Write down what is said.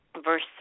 Verse